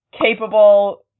capable